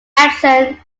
edson